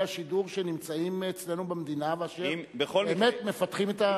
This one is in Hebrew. השידור שנמצאים אצלנו במדינה ואשר באמת מפתחים את,